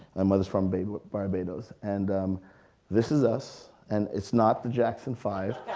my mother's from but barbados and this is us, and it's not the jackson five.